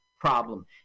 problem